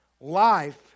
Life